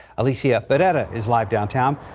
alicia but that it is live downtown.